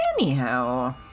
Anyhow